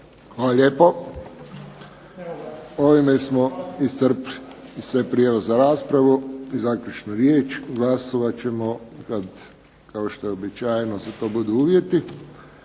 Hvala lijepo. Ovime smo iscrpili sve prijave za raspravu i zaključnu riječ. Glasovat ćemo kada za to budu uvjeti.